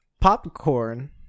Popcorn